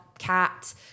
cat